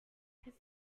his